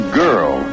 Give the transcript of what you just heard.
girl